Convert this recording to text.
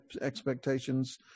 expectations